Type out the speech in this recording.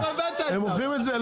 מה זה משנה,